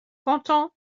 canton